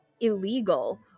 illegal